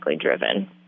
driven